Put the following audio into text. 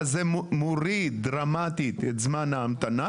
ואז זה מוריד דרמטית את זמן ההמתנה.